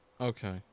Okay